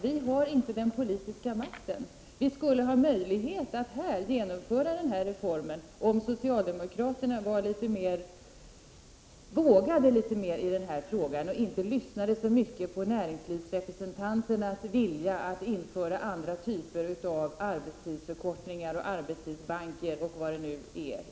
Vi har inte den politiska makten. Vi skulle ha möjlighet att här genomföra denna reform, om socialdemokraterna vågade litet mer och inte lyssnade så mycket på näringslivsrepresentanternas vilja att införa andra typer av arbetstidsförkortning, arbetstidsbanker och vad det nu är.